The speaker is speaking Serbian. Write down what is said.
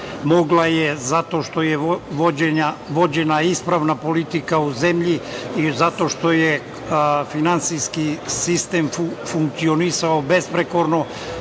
Mogla je zato što je vođena ispravna politika u zemlji i zato što je finansijski sistem funkcionisao besprekorno